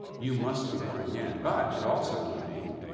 you must be born again. but it also would mean,